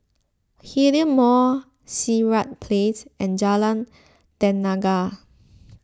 Hillion Mall Sirat Place and Jalan Tenaga